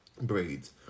braids